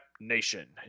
Nation